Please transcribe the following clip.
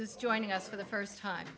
is joining us for the first time